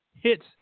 hits